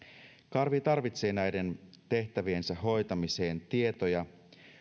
karvi tarvitsee näiden tehtäviensä hoitamiseen tietoja